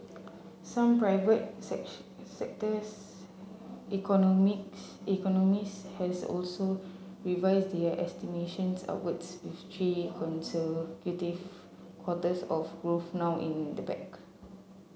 some private sectors economists has also revised their estimations upwards with three consecutive quarters of growth now in the bag